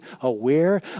aware